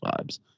vibes